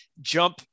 jump